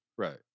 Right